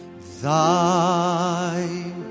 Thy